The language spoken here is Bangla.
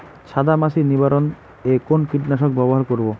সাদা মাছি নিবারণ এ কোন কীটনাশক ব্যবহার করব?